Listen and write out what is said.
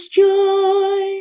joy